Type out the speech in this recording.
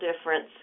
difference